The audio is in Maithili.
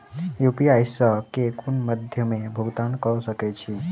यु.पी.आई सऽ केँ कुन मध्यमे मे भुगतान कऽ सकय छी?